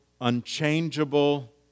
unchangeable